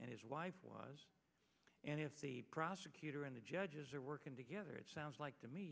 and his wife was and if the prosecutor and the judges are working together it sounds like to me